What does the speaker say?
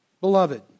beloved